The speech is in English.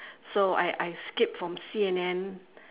so I I skip from C_N_N